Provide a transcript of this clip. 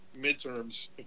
midterms